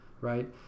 right